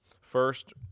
First